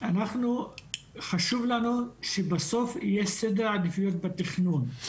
שלנו חשוב שבסוף יהיה סדר עדיפויות בתכנון,